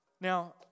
Now